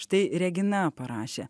štai regina parašė